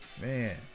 man